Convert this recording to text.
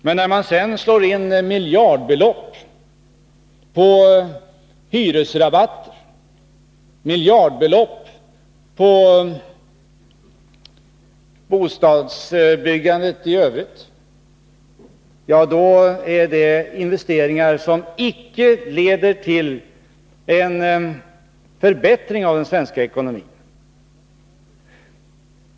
Men när socialdemokraterna sedan vill satsa miljardbelopp på hyresrabatter och miljardbelopp på bostadsbyggandet i övrigt, då är det fråga om investeringar som icke leder till en förbättring av den svenska ekonomin.